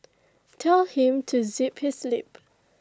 tell him to zip his lip